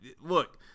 look –